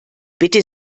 bitte